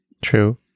True